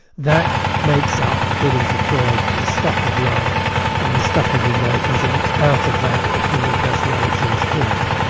that makes up, according to freud, the stuff of life and the stuff of emotions, and it's out of that that human personalities form,